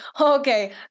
okay